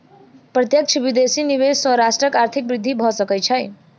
प्रत्यक्ष विदेशी निवेश सॅ राष्ट्रक आर्थिक वृद्धि भ सकै छै